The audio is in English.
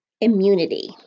immunity